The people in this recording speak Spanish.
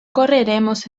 correremos